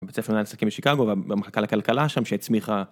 בית ספר לעסקים בשיקגו במחלקה לכלכלה שם שהצמיחה.